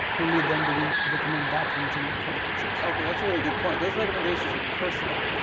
only then do we recommend that region for the purchase. okay, that's a really good point. those recommendations are personal.